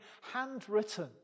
handwritten